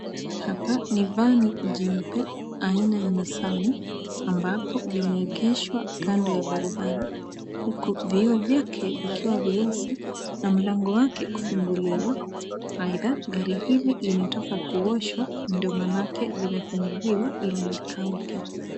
Hapa ni vani jeupe aina ya Nisani ambapo limeegeshwa kando ya barabara huku vioo vyake vikiwa vieusi na mlango wake kufunguliwa, aidha, gari hili limetoka kuoshwa ndomanake limefunguliwa ili ikauke.